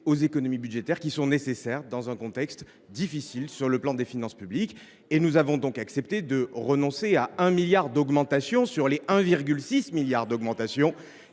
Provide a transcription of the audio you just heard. aux économies budgétaires qui sont nécessaires dans un contexte difficile sur le plan des finances publiques. Nous avons donc accepté de renoncer à 1 milliard d’euros d’augmentation sur celle de 1,6 milliard qui était